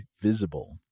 Visible